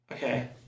Okay